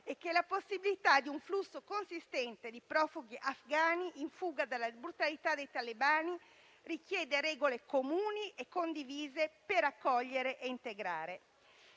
e che la possibilità di un flusso consistente di profughi afghani in fuga dalla brutalità dei talebani richiede regole comuni e condivise per accogliere e integrare.